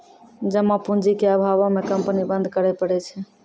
जमा पूंजी के अभावो मे कंपनी बंद करै पड़ै छै